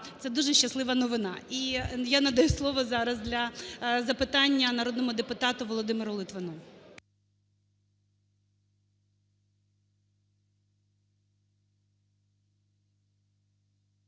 Це дуже щаслива новина. І я надаю слово зараз для запитання народному депутату Володимиру Литвину.